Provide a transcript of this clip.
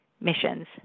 missions